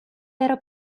era